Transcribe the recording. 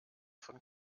von